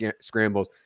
scrambles